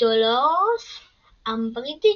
דולורס אמברידג'